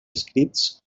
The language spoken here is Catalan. escrits